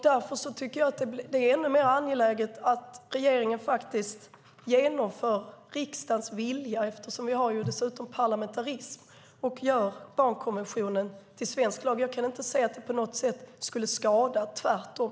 Därför tycker jag att det är ännu mer angeläget att regeringen faktiskt genomför riksdagens vilja - vi har dessutom parlamentarism - och gör barnkonventionen till svensk lag. Jag kan inte se att det på något sätt skulle skada - tvärtom.